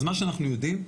מה שאנחנו יודעים,